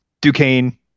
Duquesne